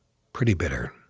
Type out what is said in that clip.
pretty bitter.